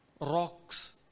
rocks